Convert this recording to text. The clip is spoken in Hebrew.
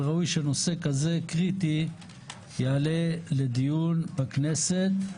וראוי שנושא כזה קריטי יעלה לדיון בכנסת.